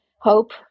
Hope